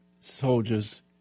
soldiers